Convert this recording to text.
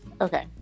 okay